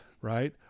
right